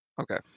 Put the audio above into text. Okay